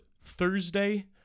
Thursday